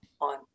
on